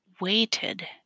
waited